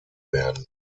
werden